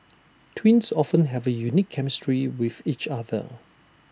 twins often have A unique chemistry with each other